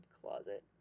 closet